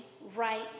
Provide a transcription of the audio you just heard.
right